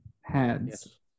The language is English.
heads